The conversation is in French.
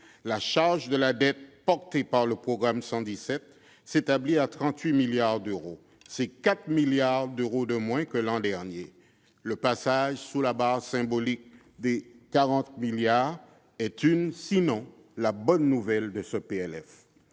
la charge de la dette, portée par le programme 117, s'établit à 38,1 milliards d'euros, soit 4 milliards d'euros de moins que l'an dernier. Le passage sous la barre symbolique des 40 milliards d'euros est une bonne nouvelle de ce